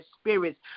spirits